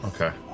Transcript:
Okay